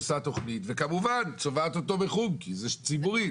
עושה תוכנית וכמובן צובעת אותו בחום כי זה ציבורי.